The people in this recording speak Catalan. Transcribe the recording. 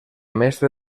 mestre